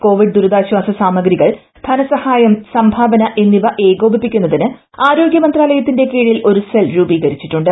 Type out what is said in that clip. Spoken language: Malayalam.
കോവിഡ് ദൂരിതാശ്വാസ സാമഗ്രികൾ ധന സഹായം സംഭാവന എന്നിവ ഏകോപിപ്പിക്കുന്നതിന് ആരോഗ്യ മന്ത്രാലയത്തിന്റെ കീഴിൽ ഒരു സെൽ രൂപീകരിച്ചിട്ടുണ്ട്